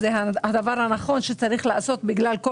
אלא זה הדבר הנכון שצריך לעשות בגלל כל